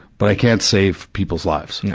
but i can't save people's lives, yeah